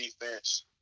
defense